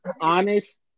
honest